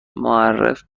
معرف